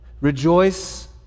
Rejoice